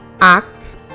act